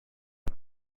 but